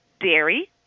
dairy